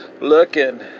looking